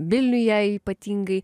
vilniuje ypatingai